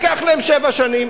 לקח להם שבע שנים.